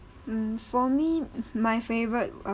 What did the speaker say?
um for me my favourite uh